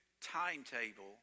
timetable